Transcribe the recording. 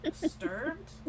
disturbed